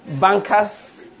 Bankers